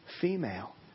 female